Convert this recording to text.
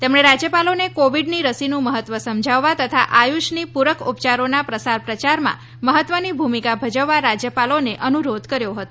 તેમણે રાજ્યપાલોને કોવિડના રસીનું મહત્વ સમજાવવા તથા આયુષની પૂરક ઉપયારોના પ્રસાર પ્રચારમાં મહત્વની ભૂમિકા ભજવવા રાજ્યપાલોને અનુરોધ કર્યો હતો